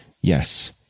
Yes